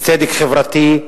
לצדק חברתי,